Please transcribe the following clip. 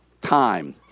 time